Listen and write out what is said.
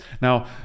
Now